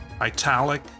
italic